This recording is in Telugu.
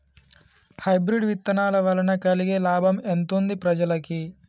హైబ్రిడ్ విత్తనాల వలన కలిగే లాభం ఎంతుంది ప్రజలకి?